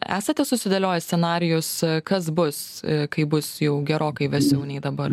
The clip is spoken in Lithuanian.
esate susidėlioję scenarijus kas bus kai bus jau gerokai vėsiau nei dabar